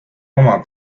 oma